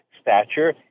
stature